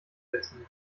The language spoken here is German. setzen